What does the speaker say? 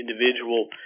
individual